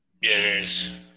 Yes